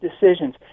decisions